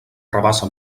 rabassa